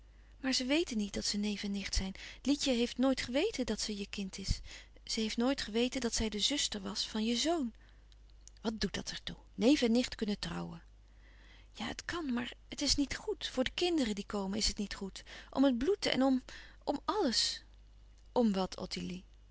maar ze weten niet dat ze neef en nicht zijn lietje heeft nooit geweten dat ze je kind is ze heeft nooit geweten dat zij de zuster was van je zoon wat doet er dat toe neef en nicht kunnen trouwen ja het kan maar het is niet goed voor de kinderen die komen is het niet goed om het bloed en om om alles om wat ottilie